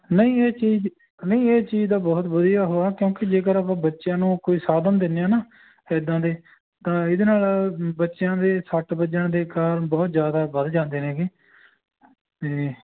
ਨਹੀਂ ਇਹ ਚੀਜ਼ ਨਹੀਂ ਇਹ ਚੀਜ਼ ਦਾ ਬਹੁਤ ਵਧੀਆ ਉਹ ਆ ਕਿਉਂਕਿ ਜੇਕਰ ਆਪਾਂ ਬੱਚਿਆਂ ਨੂੰ ਕੋਈ ਸਾਧਨ ਦਿੰਦੇ ਹਾਂ ਨਾ ਇੱਦਾਂ ਦੇ ਤਾਂ ਇਹਦੇ ਨਾਲ ਬੱਚਿਆਂ ਦੇ ਸੱਟ ਵੱਜਣ ਦੇ ਕਾਰਨ ਬਹੁਤ ਜ਼ਿਆਦਾ ਵੱਧ ਜਾਂਦੇ ਨੇਗੇ ਅਤੇ